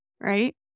right